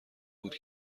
بود